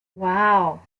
wow